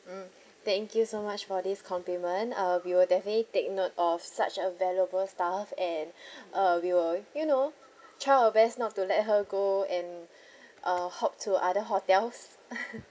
mm thank you so much for this compliment uh we will definitely take note of such a valuable stuff and uh we will you know try our best not to let her go and uh hop to other hotels